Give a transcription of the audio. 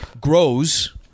grows